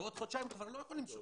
בעוד חודשיים כבר הוא לא יכול למשוך.